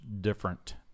different